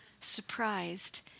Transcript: surprised